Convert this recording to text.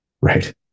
Right